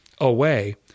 away